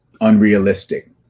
unrealistic